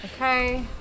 Okay